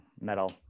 metal